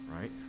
right